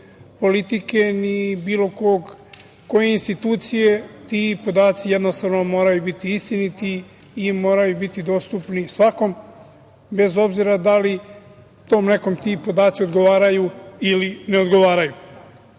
politike ni bilo koje institucije, ti podaci jednostavno moraju biti istiniti i moraju biti dostupni svakom, bez obzira da li tom nekom ti podaci odgovaraju ili ne odgovaraju. Da